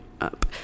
up